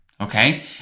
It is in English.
okay